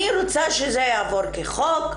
אני רוצה שזה יעבור כחוק,